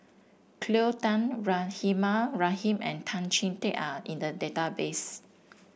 Cleo Thang Rahimah Rahim and Tan Chee Teck are in the database